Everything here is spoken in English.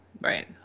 Right